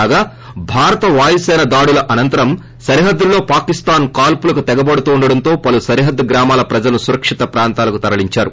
కాగా భారత వాయుసిన దాడుల అనంతరం సరిహద్దుల్లో పాకిస్థాన్ కాల్పులకు తెగబడు తుండటంతో పలు సరిహద్గు గ్రామాల ప్రజలను సురక్షిత ప్రాంతాలకు తెరలించారు